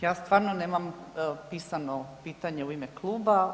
Ja stvarno nemam pisano pitanje u ime kluba.